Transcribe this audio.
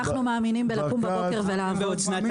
אנחנו מאמינים בלקום בבוקר ולעבוד למען הציבור.